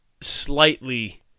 slightly